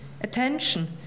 attention